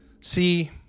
See